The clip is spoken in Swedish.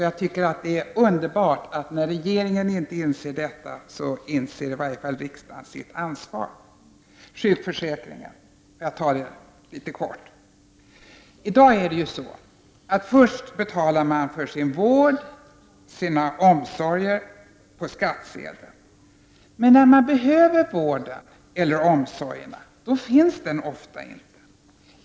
Jag tycker att det är underbart att åtminstone riksdagen, när regeringen nu inte inser detta, inser sitt ansvar. Så litet kort om sjukförsäkringen. I dag betalar man först för sin vård och sina omsorger på skattsedeln. Men när man behöver vården eller omsorgerna finns de ofta inte.